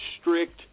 strict